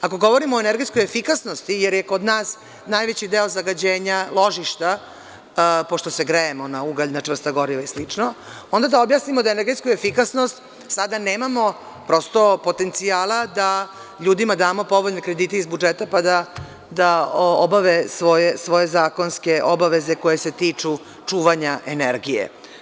Ako govorimo o energetskoj efikasnosti, jer su kod nas najveći deo zagađenja ložišta, pošto se grejemo na ugalj, na čvrsta goriva i slično, onda da objasnimo da, energetsku efikasnost, sada nemamo prosto potencijala da ljudima damo povoljne kredite iz budžeta, pa da obave svoje zakonske obaveze koje se tiču čuvanja energije.